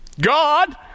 God